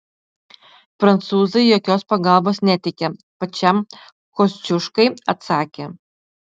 prancūzai jokios pagalbos neteikia pačiam kosciuškai atsakė